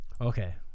Okay